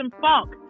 funk